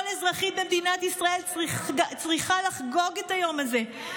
כל אזרחית במדינת ישראל צריכה לחגוג את היום הזה.